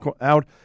out